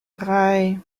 drei